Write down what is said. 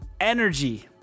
energy